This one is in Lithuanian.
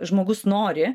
žmogus nori